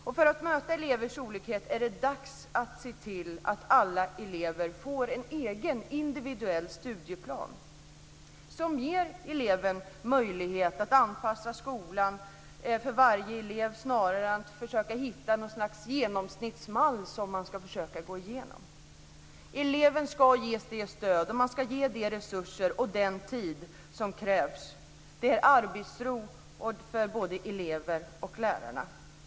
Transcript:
Och för att möta elevers olikhet är det dags att man ser till att alla elever får en egen individuell studieplan som ger möjlighet att anpassa skolan till varje elev snarare än att man försöker hitta något slags genomsnittsmall som man ska försöka gå igenom. Eleven ska ges det stöd, de resurser och den tid som krävs. Både elever och lärare ska ha arbetsro.